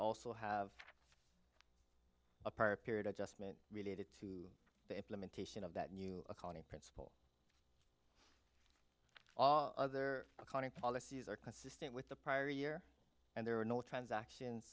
also have a perp eared adjustment related to the implementation of that new accounting principles other accounting policies are consistent with the prior year and there were no transactions